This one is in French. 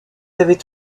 avaient